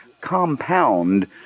compound